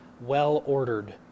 well-ordered